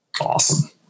Awesome